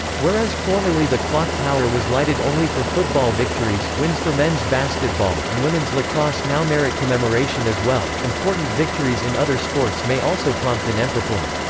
whereas formerly the clock tower was lighted only for football victories wins for men's basketball and women's lacrosse now merit commemoration as well important victories in other sports may also prompt an empurpling.